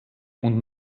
und